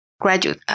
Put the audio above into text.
graduate